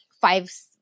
five